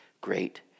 great